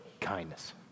kindness